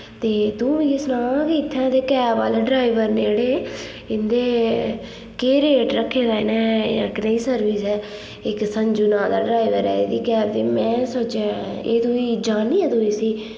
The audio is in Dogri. ते तूं मिगी सनांऽ कि इत्थूं दे कैब आह्ले ड्राइवर न जेह्ड़े इं'दे केह् रेट रक्खे दा इ'नें कनेही सर्विस ऐ इक संजू नांऽ दा ड्राइवर ऐ एह्दी कैब ते में सोच्चेआ एह् तुगी जाननी ऐं तू इसी